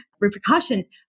repercussions